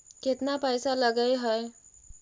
केतना पैसा लगय है?